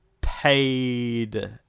paid